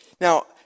Now